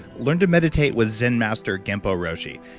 learn to meditate with zen master genpo roshi.